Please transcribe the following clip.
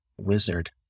wizard